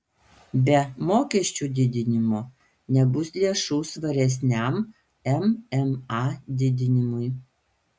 be mokesčių didinimo nebus lėšų svaresniam mma didinimui